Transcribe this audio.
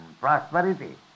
prosperity